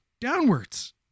downwards